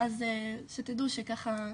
אז שתדעו שככה,